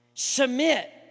Submit